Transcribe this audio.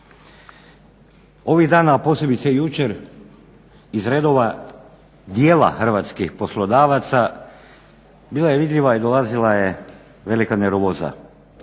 Ovih dana, a posebice jučer iz redova dijela hrvatskih poslodavaca bila je vidljiva i dolazila je velika nervoza,